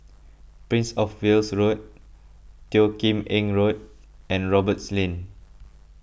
Prince of Wales Road Teo Kim Eng Road and Roberts Lane